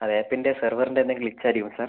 അത് ആപ്പിൻ്റെ സെർവറിൻ്റെ തന്നെ ഗ്ലിച്ച് ആയിരിക്കും സാർ